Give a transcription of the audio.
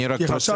אני רק רוצה,